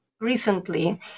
recently